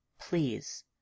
Please